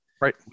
Right